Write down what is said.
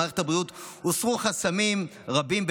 במערכת הבריאות הוסרו חסמים רבים.